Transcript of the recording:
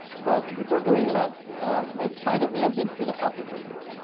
but before doing that let's try to be a bit philosophical here.